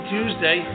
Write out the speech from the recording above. Tuesday